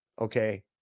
Okay